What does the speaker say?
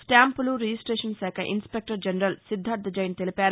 స్టాంపులు రిజిస్టేషన్ శాఖ inspector general Siddharth Jain తెలిపారు